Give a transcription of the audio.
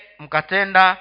mkatenda